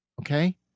Okay